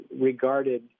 regarded